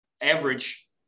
average